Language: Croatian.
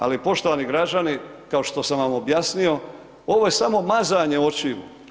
Ali poštovani građani, kao što sam vam objasnio, ovo je samo mazanje očiju.